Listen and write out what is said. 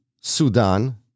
Sudan